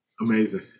Amazing